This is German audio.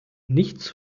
nichts